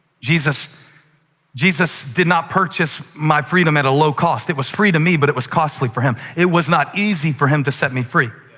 jesus jesus did not purchase my freedom at a low cost. it was free to me, but it was costly for him. it was not easy for him to set me free,